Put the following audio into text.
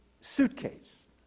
suitcase